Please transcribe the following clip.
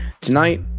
Tonight